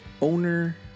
owner